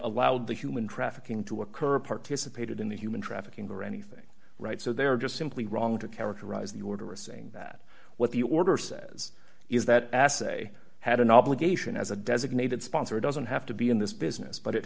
allowed the human trafficking to occur or participated in the human trafficking or anything right so they are just simply wrong to characterize the order as saying that what the order says is that assaye had an obligation as a designated sponsor doesn't have to be in this business but it